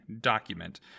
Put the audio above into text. document